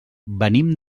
venim